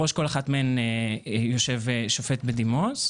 בראש כל אחת מהן יושב שופט בדימוס.